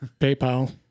PayPal